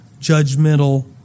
judgmental